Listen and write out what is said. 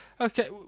okay